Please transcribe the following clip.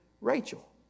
Rachel